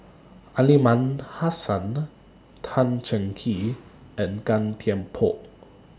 Aliman Hassan Tan Cheng Kee and Gan Thiam Poh